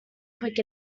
quick